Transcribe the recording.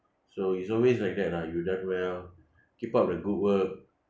so it's always like that lah you done well keep up the good work